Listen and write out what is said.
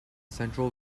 central